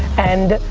and,